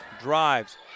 drives